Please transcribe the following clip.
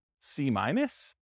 C-minus